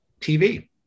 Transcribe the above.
TV